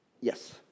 Yes